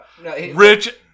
Rich